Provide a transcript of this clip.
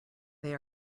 they